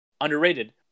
underrated